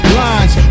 lines